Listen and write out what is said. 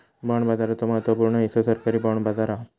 bond बाजाराचो महत्त्व पूर्ण हिस्सो सरकारी बाँड बाजार हा